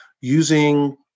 using